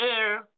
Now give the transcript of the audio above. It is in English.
air